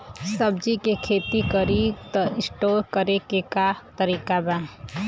सब्जी के खेती करी त स्टोर करे के का तरीका बा?